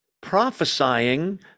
prophesying